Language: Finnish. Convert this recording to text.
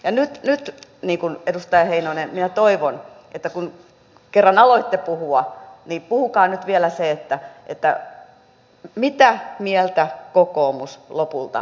ja nyt edustaja heinonen minä toivon että kun kerran aloitte puhua niin puhukaa nyt vielä se mitä mieltä kokoomus lopulta on